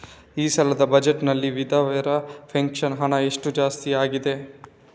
ಈ ಸಲದ ಬಜೆಟ್ ನಲ್ಲಿ ವಿಧವೆರ ಪೆನ್ಷನ್ ಹಣ ಎಷ್ಟು ಜಾಸ್ತಿ ಆಗಿದೆ?